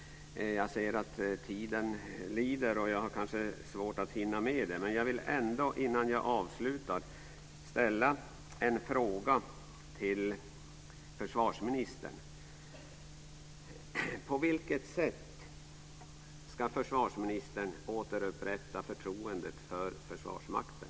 Jag ser att tiden lider. Jag har kanske svårt att hinna med dem. Innan jag slutar vill jag ställa en fråga till försvarsministern. På vilket sätt ska försvarsministern återupprätta förtroendet för Försvarsmakten?